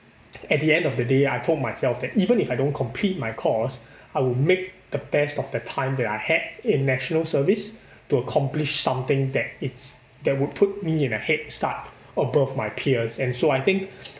at the end of the day I told myself that even if I don't complete my course I will make the best of the time that I had in national service to accomplish something that it's that would put me in a head start above my peers and so I think